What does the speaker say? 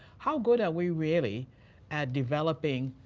how good are we really at developing